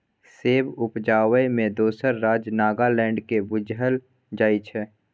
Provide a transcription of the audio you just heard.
सेब उपजाबै मे दोसर राज्य नागालैंड केँ बुझल जाइ छै